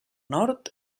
nord